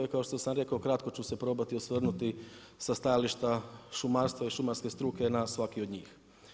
I kao što sam rekao kratko ću se probati osvrnuti sa stajališta šumarstva i šumarske struke na svaki od njih.